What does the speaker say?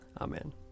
Amen